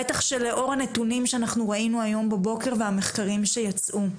בטח שלאור הנתונים שאנחנו ראינו היום בבוקר והמחקרים שיצאו.